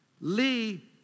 Lee